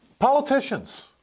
Politicians